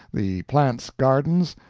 the plants garden's,